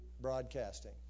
broadcasting